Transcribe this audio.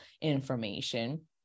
information